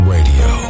Radio